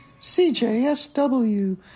CJSW